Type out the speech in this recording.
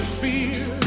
fear